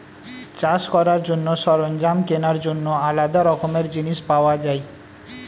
চাষ করার জন্য সরঞ্জাম কেনার জন্য আলাদা রকমের জিনিস পাওয়া যায়